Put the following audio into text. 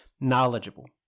knowledgeable